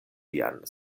vian